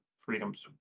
freedoms